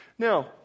Now